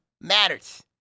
matters